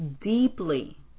deeply